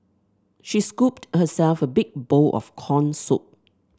she scooped herself a big bowl of corn soup